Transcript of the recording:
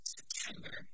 September